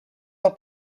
del